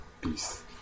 Peace